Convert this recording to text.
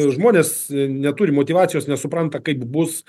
žmonės neturi motyvacijos nesupranta kaip bus